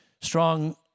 strong